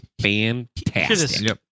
fantastic